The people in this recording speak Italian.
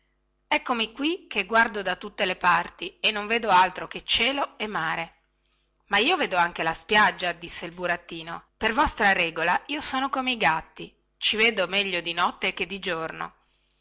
eccomi qui che guardo da tutte le parti e non vedo altro che cielo e mare ma io vedo anche la spiaggia disse il burattino per vostra regola io sono come i gatti ci vedo meglio di notte che di giorno